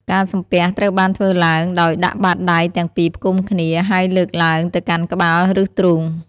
ការសំពះត្រូវបានធ្វើឡើងដោយដាក់បាតដៃទាំងពីរផ្គុំគ្នាហើយលើកឡើងទៅកាន់ក្បាលឬទ្រូង។